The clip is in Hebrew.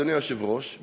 אדוני היושב-ראש,